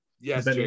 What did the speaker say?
Yes